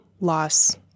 loss